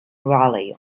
raleigh